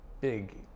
big